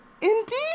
Indeed